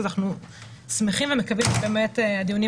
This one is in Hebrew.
אז אנחנו שמחים ומקווים שבאמת הדיונים